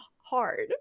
hard